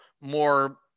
more